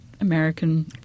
American